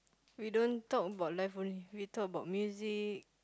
we don't talk about life only we talk about music